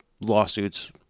lawsuits